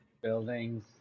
buildings